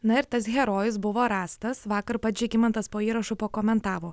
na ir tas herojus buvo rastas vakar pats žygimantas po įrašu pakomentavo